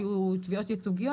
היו תביעות ייצוגיות.